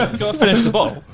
ah gotta finish the bottle.